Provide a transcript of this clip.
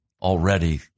Already